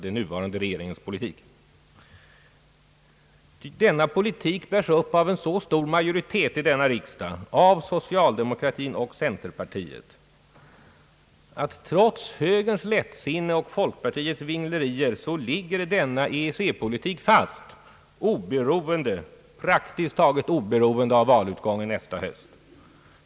Den nuvarande regeringens politik i EEC-frågan bärs upp av en så stor majoritet i denna riksdag av socialdemokratin och centerpartiet att, trots högerns lättsinne och folkpartiets vinglerier, ligger EEC-politiken fast, praktiskt taget oberoende av valutgången nästa höst.